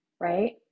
right